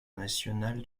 national